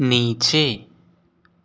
नीचे